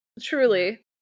Truly